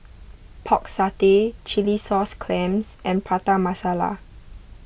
Pork Satay Chilli Sauce Clams and Prata Masala